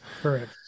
Correct